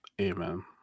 Amen